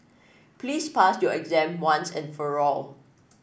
please pass your exam once and for all